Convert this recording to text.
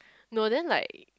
no then like